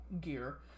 gear